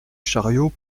chariot